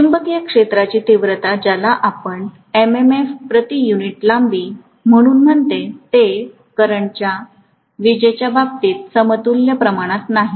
चुंबकीय क्षेत्राची तीव्रता ज्यास आपण MMF प्रति युनिट लांबी म्हणून म्हणतो ते करंटच्या विजेच्या बाबतीत समतुल्य प्रमाणात नाही